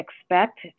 expect